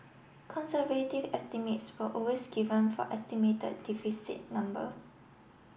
conservative estimates were always given for estimated deficit numbers